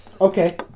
Okay